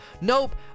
nope